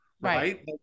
Right